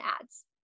ads